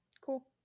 Cool